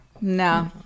No